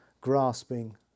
Grasping